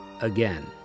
again